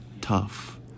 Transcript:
tough